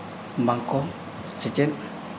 ᱵᱟᱝᱠᱚ ᱥᱮᱪᱮᱫ